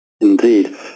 Indeed